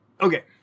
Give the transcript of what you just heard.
Okay